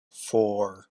four